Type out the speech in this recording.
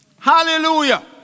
Hallelujah